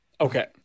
Okay